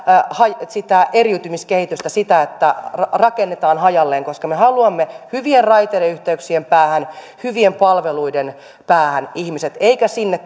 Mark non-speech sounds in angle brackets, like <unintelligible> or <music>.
sitä eriytymiskehitystä sitä että rakennetaan hajalleen koska me haluamme ihmiset hyvien raideyhteyksien päähän hyvien palveluiden ääreen emmekä sinne <unintelligible>